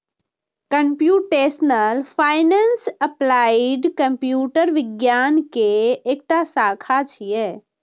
computational finance applied computer विज्ञान के एकटा शाखा छियै